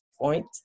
point